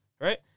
Right